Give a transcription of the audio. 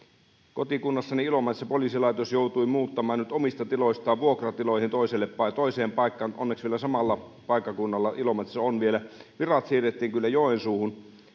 kotikunnassani ilomantsissa poliisilaitos joutui muuttamaan nyt omista tiloistaan vuokratiloihin toiseen paikkaan onneksi samalla paikkakunnalla ilomantsissa on vielä virat siirrettiin kyllä joensuuhun